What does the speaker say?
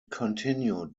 continued